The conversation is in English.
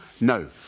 No